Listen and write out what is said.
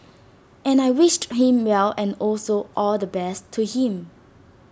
and I wished him well and also all the best to him